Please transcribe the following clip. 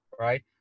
right